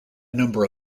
number